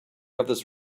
others